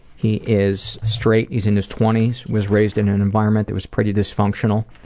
he is straight, he's in his twenty s, was raised in an environment that was pretty dysfunctional.